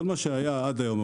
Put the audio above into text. כל מה שהיה עד היום,